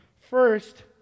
First